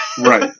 Right